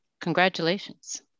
Congratulations